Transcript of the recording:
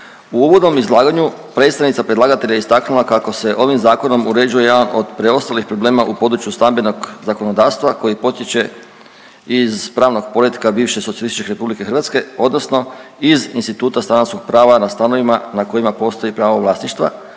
U uvodnom izlaganju predstavnica predlagatelja je istaknula kako se ovim zakonom uređuje jedan od preostalih problema u području stambenog zakonodavstva koji potječe iz pravnog poretka bivše SR Hrvatske odnosno iz instituta stanarskog prava na stanovima na kojima postoji pravo vlasništva,